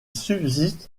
subsiste